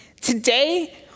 Today